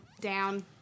down